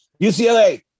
UCLA